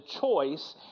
choice